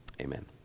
Amen